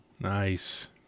nice